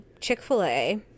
chick-fil-a